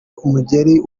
umugeri